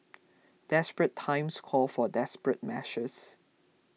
desperate times call for desperate measures